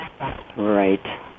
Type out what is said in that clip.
Right